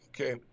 Okay